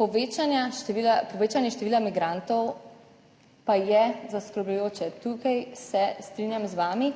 Povečanje števila, migrantov pa je zaskrbljujoče. Tukaj se strinjam z vami